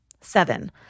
Seven